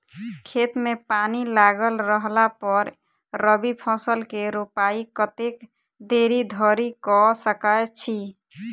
खेत मे पानि लागल रहला पर रबी फसल केँ रोपाइ कतेक देरी धरि कऽ सकै छी?